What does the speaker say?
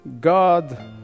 God